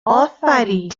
افرین